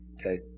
okay